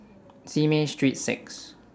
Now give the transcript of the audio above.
Simei Street six